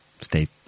state